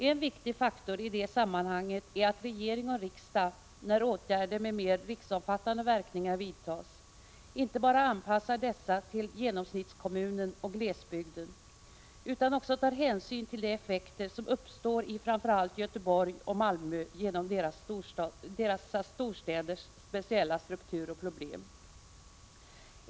En viktig faktor i det sammanhanget är att regering och riksdag — när åtgärder med mer riksomfattande verkningar vidtas — inte bara anpassar dessa till genomsnittskommunen och glesbygden utan också tar hänsyn till de effekter som uppstår i framför allt Göteborg och Malmö genom dessa storstäders speciella struktur och problem.